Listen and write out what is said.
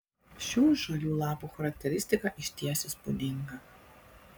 šių žalių lapų charakteristika išties įspūdinga